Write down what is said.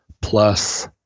plus